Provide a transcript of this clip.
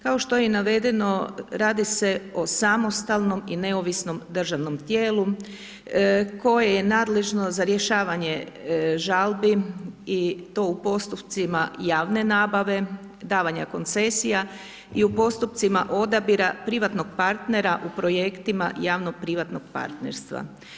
Kao što je i navedeno, radi se o samostalnom i neovisnom državnom tijelu koje je nadležno za rješavanje žalbi i to u postupcima javne nabave, davanje koncesija i u postupcima odabira privatnog partnera u projektima javno privatnog partnerstva.